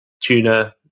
tuna